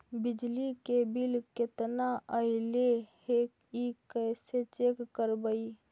बिजली के बिल केतना ऐले हे इ कैसे चेक करबइ?